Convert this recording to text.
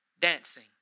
dancing